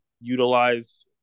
utilize